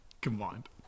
Combined